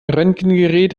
röntgengerät